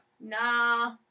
Nah